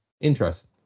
Interest